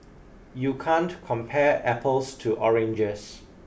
you can't compare apples to oranges